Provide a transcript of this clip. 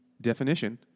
definition